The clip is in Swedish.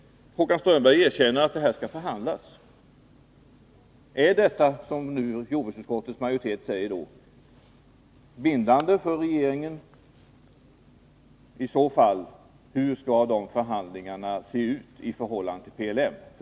Håkan Strömberg erkänner att vi måste föra förhandlingar om detta. Är då jordbruksutskottets uttalande bindande för regeringen? I så fall undrar jag hur de förhandlingarna skall se ut i förhållande till PLM.